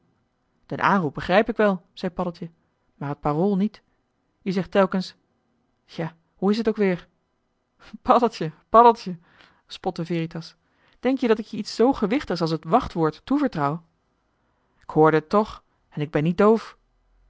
den aanroep begrijp ik wel zei paddeltje maar het parool niet je zegt telkens ja hoe is t ook weer paddeltje paddeltje spotte veritas denk-je dat ik je iets zoo gewichtigs als t wachtwoord toevertrouw k hoorde t toch en ik ben niet doof